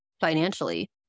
financially